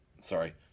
sorry